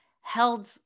held